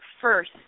first